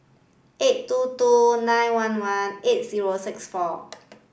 eight two two nine one one eight zero six four